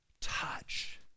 touch